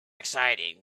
exciting